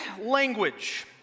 language